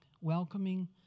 welcoming